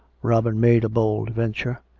robin made a bold venture.